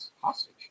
hostage